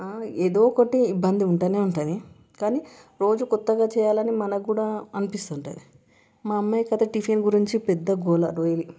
ఏదో ఒకటి ఇబ్బంది ఉంటు ఉంటుంది కానీ రోజు కొత్తగా చేయాలని మనకు కూడా అనిపిస్తు ఉంటుంది మా అమ్మాయి అయితే టిఫిన్ గురించి పెద్ద గోల డైలీ